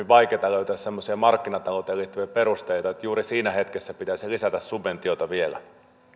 vaikeata löytää semmoisia markkinatalouteen liittyviä perusteita että juuri siinä hetkessä pitäisi vielä lisätä subventioita